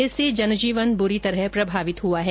इससे जन जीवन बुरी तरह प्रभावित हुआ है